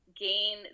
gain